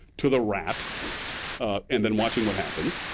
to the rat and then watching what happens,